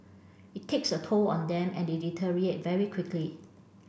it takes a toll on them and they deteriorate very quickly